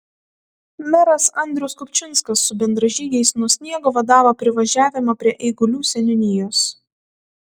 meras andrius kupčinskas su bendražygiais nuo sniego vadavo privažiavimą prie eigulių seniūnijos